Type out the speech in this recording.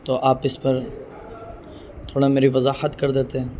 تو آپ اس پر تھوڑا میری وضاحت کر دیتے ہیں